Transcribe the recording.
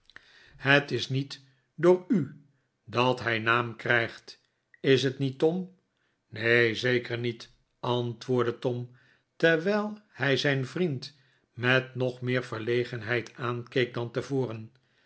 miskerd is niet door u dat hij naam krijgt is t niet tom neen zeker niet antwoordde tom terwijl hij zijn vriend met nog meer verlegenheid aankeek dan tevoren